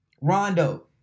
Rondo